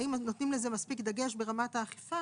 האם נותנים לזה מספיק דגש ברמת האכיפה